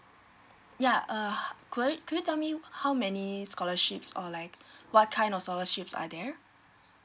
ya err h~ could you could you tell me how many scholarships or like what kind of scholarships are there